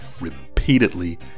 repeatedly